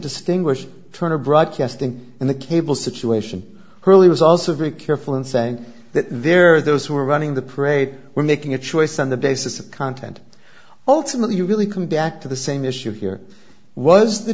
distinguish turner broadcasting and the cable situation early was also very careful in saying that there are those who are running the parade were making a choice on the basis of content alternately you really come back to the same issue here was the